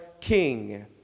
king